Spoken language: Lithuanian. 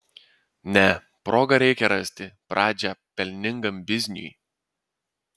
ne progą reikia rasti pradžią pelningam bizniui